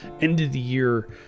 end-of-the-year